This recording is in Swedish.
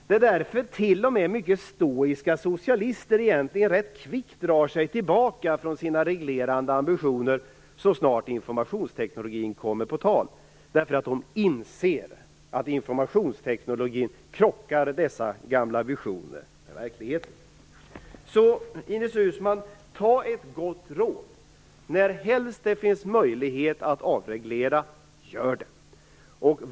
Det är därför t.o.m. mycket stoiska socialister egentligen rätt kvickt drar sig tillbaka från sina reglerande ambitioner så snart informationstekniken kommer på tal, därför att de inser att med informationstekniken krockar dessa gamla visioner med verkligheten. Så, Ines Uusmann, ta ett gott råd: Närhelst det finns möjlighet att avreglera, gör det!